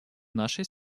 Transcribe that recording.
нашей